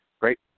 Great